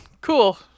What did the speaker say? Cool